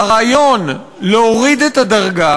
הרעיון להוריד את הדרגה